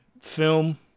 film